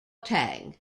tang